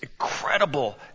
incredible